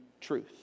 truth